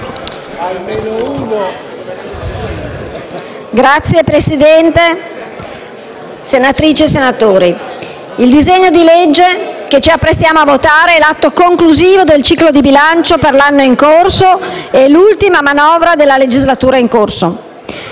Signor Presidente, senatrici e senatori, il disegno di legge che ci apprestiamo a votare è l'atto conclusivo del ciclo di bilancio per l'anno in corso e l'ultima manovra della legislatura in corso.